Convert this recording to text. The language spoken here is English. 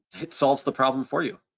it solves the problem for you.